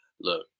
Look